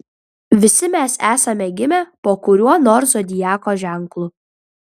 visi mes esame gimę po kuriuo nors zodiako ženklu